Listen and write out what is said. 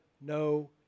no